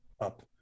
up